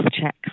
check